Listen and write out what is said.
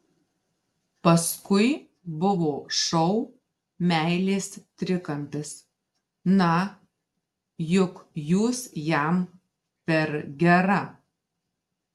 paskui buvo šou meilės trikampis na juk jūs jam per gera